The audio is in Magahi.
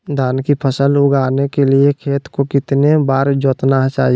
धान की फसल उगाने के लिए खेत को कितने बार जोतना चाइए?